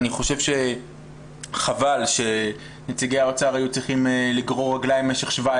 אני חושב שחבל שנציגי האוצר היו צריכים לגרור רגליים במשך 17